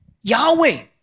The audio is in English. Yahweh